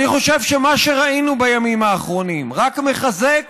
אני חושב שמה שראינו בימים האחרונים רק מחזק